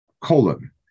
colon